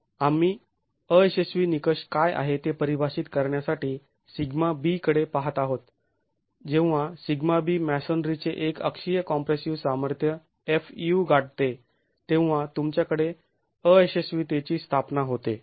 आम्ही अयशस्वी निकष काय आहे ते परिभाषित करण्यासाठी σb कडे पाहात आहोत जेव्हा σb मॅसोनरीचे एक अक्षीय कॉम्प्रेसिव सामर्थ्य fu गाठते तेव्हा तुमच्याकडे अयशस्वितेची स्थापना होते